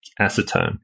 acetone